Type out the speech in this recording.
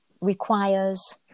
requires